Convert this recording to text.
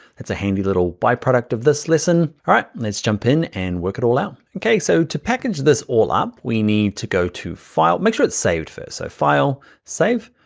it's a handy little byproduct of this listen. all right, let's jump in and work it all out. okay, so to package this all up, we need to go to file. make sure it's saved first. so file save,